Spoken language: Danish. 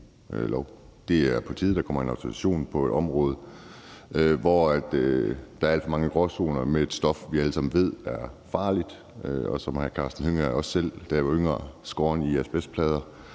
Det er på tide, at der kommer en autorisation på et område, hvor der er alt for mange gråzoner, og hvor der er et stof, som vi alle sammen ved er farligt. Som hr. Karsten Hønge har jeg også selv, da jeg var yngre, skåret i asbestplader